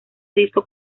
disco